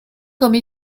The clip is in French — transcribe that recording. comme